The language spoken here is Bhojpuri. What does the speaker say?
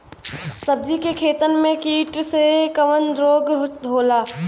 सब्जी के खेतन में कीट से कवन रोग होला?